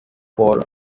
for